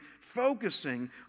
focusing